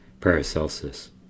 Paracelsus